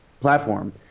platform